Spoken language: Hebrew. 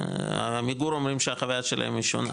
עמיגור אומרים שהחוויה שלהם היא שונה.